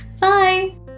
Bye